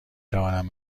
توانم